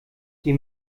die